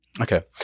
okay